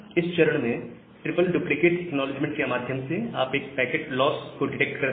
इस चरण में ट्रिपल डुप्लीकेट एक्नॉलेजमेंट के माध्यम से आप एक पैकेट लॉस को डिटेक्ट करते हैं